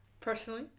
personally